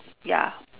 ya